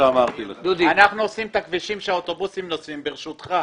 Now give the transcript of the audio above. אנחנו עושים את הכבישים שהאוטובוסים נוסעים עליהם.